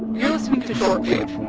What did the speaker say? you're listening to short wave